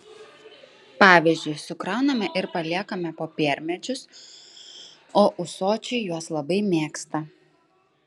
pavyzdžiui sukrauname ir paliekame popiermedžius o ūsočiai juos labai mėgsta